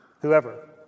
Whoever